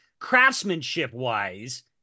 Craftsmanship-wise